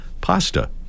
pasta